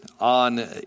on